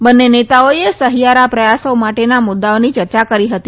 બંને નેતાઓએ સહિયારા પ્રથાસો માટેના મુદ્દઓની ચર્ચા કરી હતી